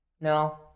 no